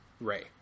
Ray